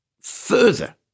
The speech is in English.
further